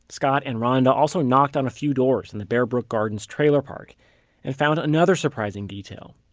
scott and ronda also knocked on a few doors in the bear brook gardens trailer park and found another surprising detail.